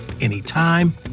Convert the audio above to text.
anytime